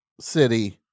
city